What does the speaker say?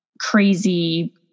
crazy